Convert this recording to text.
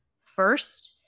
first